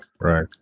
Right